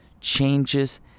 changes